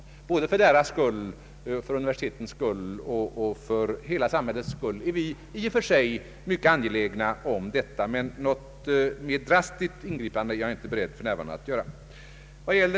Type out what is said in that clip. Både för universitetens skull och för samhällets skull är vi i och för sig mycket angelägna om detta, men något mer drastiskt ingripande är jag för närvarande icke beredd att göra.